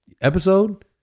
episode